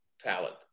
talent